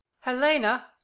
helena